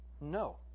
No